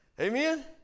Amen